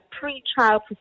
pre-trial